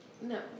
No